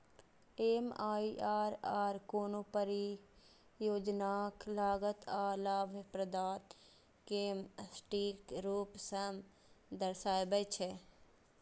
MIRR कोनो परियोजनाक लागत आ लाभप्रदता कें सटीक रूप सं दर्शाबै छै